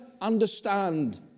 understand